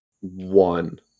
one